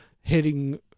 heading –